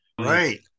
Right